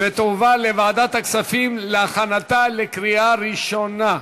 ותועבר לוועדת הכספים להכנתה לקריאה ראשונה.